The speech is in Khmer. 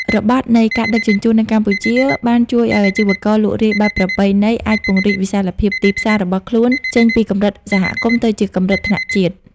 របត់នៃ ការដឹកជញ្ជូន នៅកម្ពុជា បានជួយឱ្យអាជីវករលក់រាយបែបប្រពៃណីអាចពង្រីក វិសាលភាពទីផ្សារ របស់ខ្លួនចេញពីកម្រិតសហគមន៍ ទៅជាកម្រិតថ្នាក់ជាតិ។